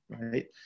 right